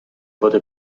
wurde